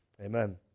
Amen